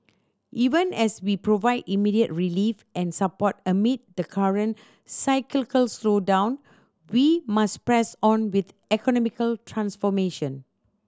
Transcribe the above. even as we provide immediate relief and support amid the current cyclical slowdown we must press on with economic transformation